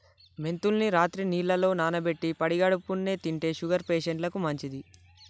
మెంతుల్ని రాత్రి నీళ్లల్ల నానబెట్టి పడిగడుపున్నె తింటే షుగర్ పేషంట్లకు మంచిది